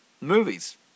movies